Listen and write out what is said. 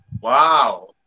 Wow